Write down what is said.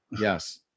Yes